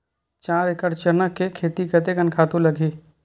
चार एकड़ चना के खेती कतेकन खातु लगही?